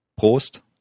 Prost